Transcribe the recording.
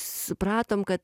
supratom kad